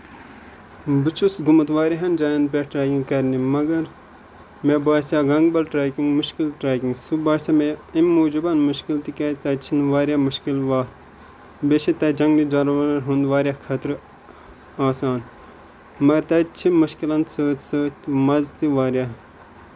بہٕ چھُس گوٚمُت واریاہن جاین پٮ۪ٹھ ٹریکِنگ کَرنہِ مَگر مےٚ باسیو گنگبل ٹریکِنگ مُشکِل ٹریکِنگ سُہ باسیو مےٚ اَمہِ موٗجوٗب مُشکِل تِکیازِ تَتہِ چھِ مےٚ واریاہ مُشکِل وَتھ بیٚیہِ چھُ تَتہِ جنگلی جاناوارَن ہُند واریاہ خطرٕ آسان مَگر تَتہِ چھُ مُشکِلن سۭتۍ سۭتۍ مَزٕ تہِ واریاہ